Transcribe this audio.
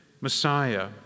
Messiah